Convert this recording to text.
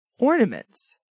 ornaments